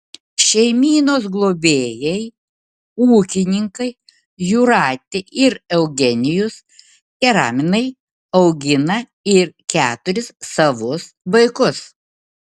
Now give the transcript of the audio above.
šeimynos globėjai ūkininkai jūratė ir eugenijus keraminai augina ir keturis savus vaikus